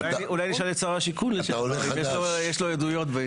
אולי נשאל את שר השיכון לשעבר, אם יש לו עדויות.